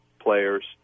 players